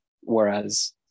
whereas